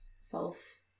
self